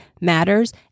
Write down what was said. matters